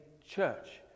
church